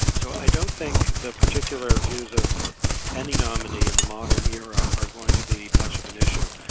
so i don't think that particular views of any nominee in the modern era are going to be much of an issue.